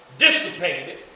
dissipated